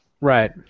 Right